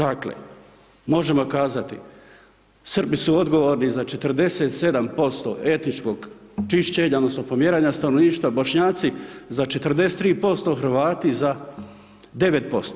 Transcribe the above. Dakle možemo kazati Srbi su odgovorni za 47% etničkog čišćenja odnosno pomjeranja stanovništva, Bošnjaci za 43%, Hrvati za 9%